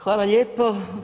Hvala lijepo.